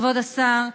כבוד השר,